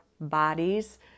bodies